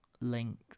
link